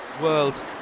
World